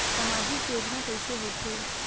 सामजिक योजना कइसे होथे?